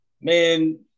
Man